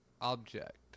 object